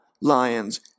lions